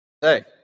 Hey